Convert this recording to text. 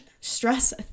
stress